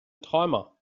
träumer